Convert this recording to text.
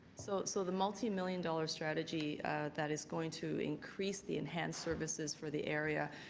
so so the multimillion dollar strategy that is going to increase the enhanced services for the area,